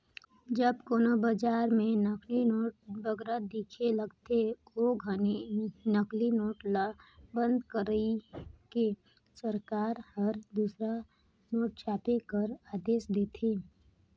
जब कोनो बजार में नकली नोट बगरा दिखे लगथे, ओ घनी नकली नोट ल बंद कइर के सरकार हर दूसर नोट छापे कर आदेस देथे